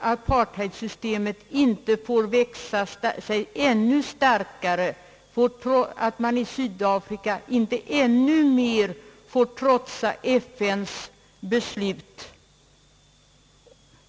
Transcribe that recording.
apartheidsystemet inte får växa sig ännu starkare och att man i Sydafrika inte ännu mer trotsar FN:s beslut.